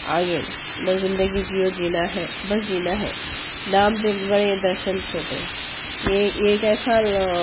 آگے بس زندگی جیو جینا ہے بس جینا ہے نام بڑے درشن چھوٹے یہ ایک ایک ایسا